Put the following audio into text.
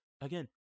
again